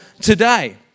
today